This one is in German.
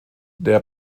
der